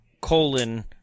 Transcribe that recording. colon